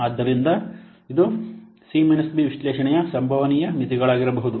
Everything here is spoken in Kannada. ಆದ್ದರಿಂದ ಇದು ಸಿ ಬಿ ವಿಶ್ಲೇಷಣೆಯ ಸಂಭವನೀಯ ಮಿತಿಗಳಾಗಿರಬಹುದು